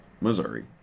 Missouri